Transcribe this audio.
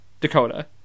Dakota